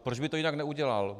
Proč by to jinak neudělal?